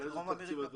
בדרום אמריקה.